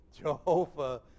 Jehovah